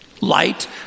Light